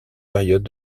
période